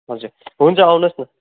हुन्छ हुन्छ आउनोस् न